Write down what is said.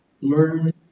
learn